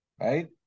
right